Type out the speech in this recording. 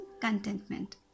contentment